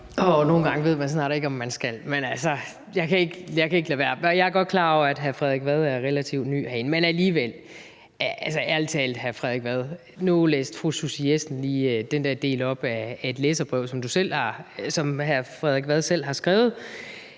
Nogle gange ved man snart ikke, om man skal spørge, men altså, jeg kan ikke lade være. Jeg er godt klar over, at hr. Frederik Vad er relativt ny herinde, men alligevel vil jeg sige: Ærlig talt, hr. Frederik Vad. Nu læste fru Susie Jessen lige den del op af et læserbrev, som hr. Frederik Vad selv har skrevet,